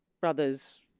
brothers